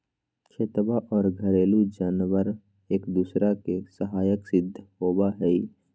खेतवा और घरेलू जानवार एक दूसरा के सहायक सिद्ध होबा हई